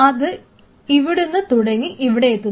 അത് ഇവിടുന്ന് തുടങ്ങി ഇവിടെയെത്തുന്നു